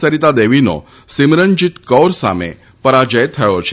સરીતાદેવીનો સીમરનજીત કૌર સામે પરાજય થયો છે